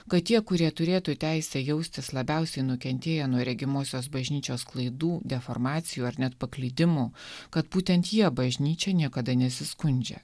kad tie kurie turėtų teisę jaustis labiausiai nukentėję nuo regimosios bažnyčios klaidų deformacijų ar net paklydimų kad būtent jie bažnyčia niekada nesiskundžia